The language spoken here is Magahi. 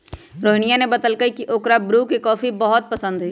रोहिनीया ने बतल कई की ओकरा ब्रू के कॉफी बहुत पसंद हई